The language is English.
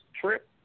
trip